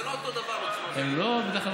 זה לא אותו דבר, עוצמה ויהירות.